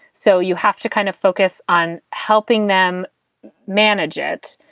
so you have to kind of focus on helping them manage it.